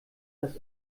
dass